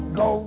go